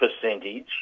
percentage